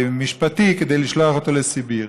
משפטי כדי לשלוח אותו לסיביר.